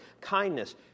Kindness